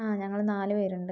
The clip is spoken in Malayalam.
ആ ഞങ്ങള് നാലു പേരുണ്ട്